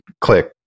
click